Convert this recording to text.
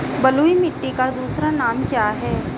बलुई मिट्टी का दूसरा नाम क्या है?